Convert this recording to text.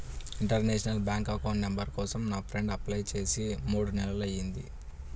international bank account number కోసం నా friend apply చేసి మూడు నెలలయ్యింది